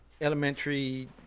elementary